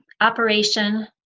operation